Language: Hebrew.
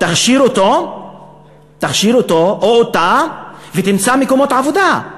תכשיר אותו או אותה ותמצא מקומות עבודה.